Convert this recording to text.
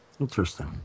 Interesting